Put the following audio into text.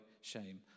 shame